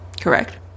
Correct